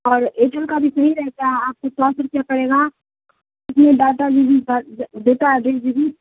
اور ایئرٹیل کا بھی فری رہتا ہے آپ کو سو سو روپیہ پڑے گا اتنے ڈاٹا دی بھیی ڈٹاڈ دیی